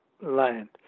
land